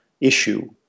issue